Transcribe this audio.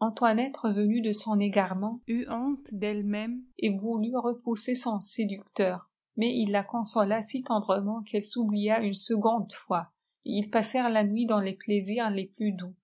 antoinette revenue de son égarement eut honte d'elle-même et voulut repousser son séducteur mais il la consola si tendrement qu'elle s'oublia uçe seconde fois et ils passèrent la nuit dans les plaisirs les plus doux